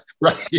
Right